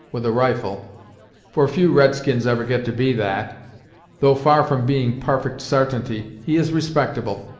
with a rifle for few red-skins ever get to be that though far from being parfect sartainty, he is respectable,